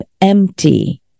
empty